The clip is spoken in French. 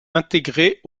intégrées